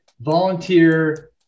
volunteer